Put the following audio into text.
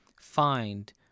Find